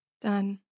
Done